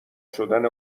شدن